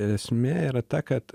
esmė yra ta kad